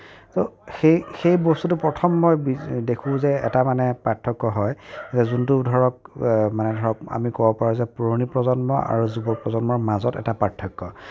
চ' সেই সেই বস্তুটো প্ৰথম মই এটা দেখোঁ যে এটা মানে পাৰ্থক্য হয় যে যোনটো ধৰক মানে ধৰক আমি ক'ব পাৰোঁ যে পুৰণি প্ৰজন্ম আৰু যুৱ প্ৰজন্মৰ মাজত এটা পাৰ্থক্য